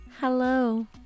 hello